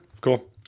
Cool